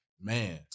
Man